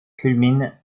culmine